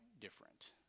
different